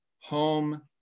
home